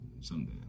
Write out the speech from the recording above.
someday